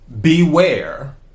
beware